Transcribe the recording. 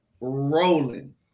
rolling